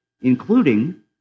including